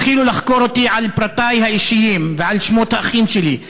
התחילו לחקור אותי על פרטי האישיים ועל שמות האחים שלי,